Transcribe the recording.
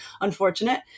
unfortunate